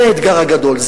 זה האתגר הגדול,